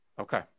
Okay